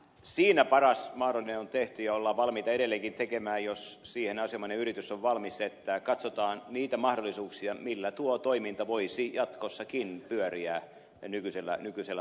siinä paras mahdollinen on tehty ja ollaan valmiita edelleenkin tekemään jos asianomainen yritys on valmis siihen että katsotaan niitä mahdollisuuksia millä tuo toiminta voisi jatkossakin pyöriä nykyisellä paikkakunnalla